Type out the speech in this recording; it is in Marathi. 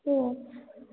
हो